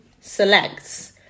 selects